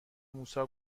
موسی